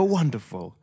wonderful